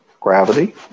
gravity